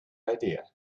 idea